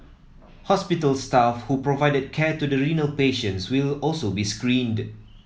hospital staff who provided care to the renal patients will also be screened